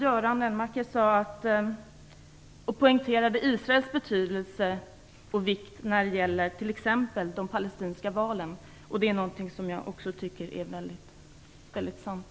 Göran Lennmarker poängterade Israels betydelse och vikt när det gäller t.ex. de palestinska valen. Det är något som jag också tycker är sant.